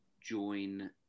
join